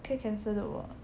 可以 cancel 的 [what]